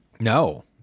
no